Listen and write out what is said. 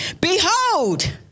Behold